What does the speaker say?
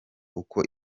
uko